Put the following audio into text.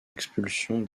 expulsion